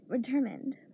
determined